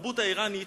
התרבות האירנית,